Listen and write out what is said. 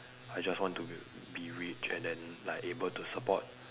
I just want to be be rich and then like able to support